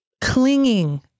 clinging